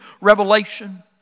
revelation